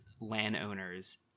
landowners